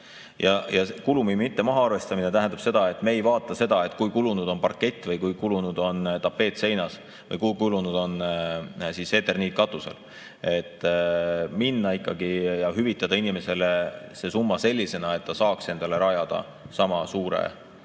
Ja kulumi mitte mahaarvestamine tähendab seda, et me ei vaata seda, kui kulunud on parkett või kui kulunud on tapeet seinas või kui kulunud on eterniit katusel. [Tuleb] ikkagi hüvitada inimesele see summa sellisena, et ta saaks endale rajada sama suure